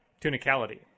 tunicality